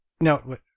No